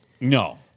No